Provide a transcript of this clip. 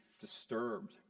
disturbed